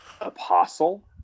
Apostle